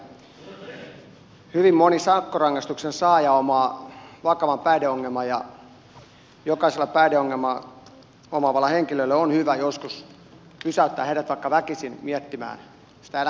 nimittäin hyvin moni sakkorangaistuksen saaja omaa vakavan päihdeongelman ja jokaiselle päihdeongelman omaavalle henkilölle on hyvä jos joskus heidät pysäyttää vaikka väkisin miettimään sitä elämänsä suuntaa